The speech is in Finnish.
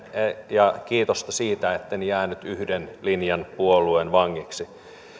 ja kiitosta siitä etten jäänyt yhden linjan puolueen vangiksi